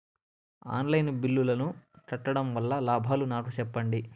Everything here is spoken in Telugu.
ఆన్ లైను బిల్లుల ను కట్టడం వల్ల లాభాలు నాకు సెప్పండి?